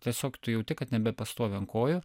tiesiog tu jauti kad nebepastovi ant kojų